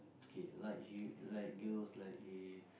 okay like you like girls like eh